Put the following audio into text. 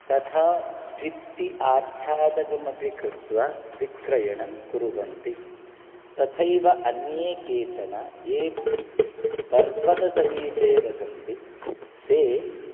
तथा भित्तिः आच्छादकमपि कृत्वा विक्रयणं कुर्वन्ति तथैव अन्ये केचन ये पर्वतसमीपे वसन्ति ते